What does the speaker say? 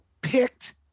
picked